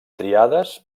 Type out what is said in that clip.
triades